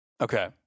Okay